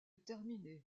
terminer